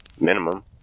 Minimum